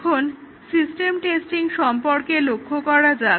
এখন system testing সম্পর্কে লক্ষ্য করা যাক